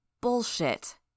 Bullshit